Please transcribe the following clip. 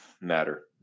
matter